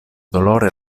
dolore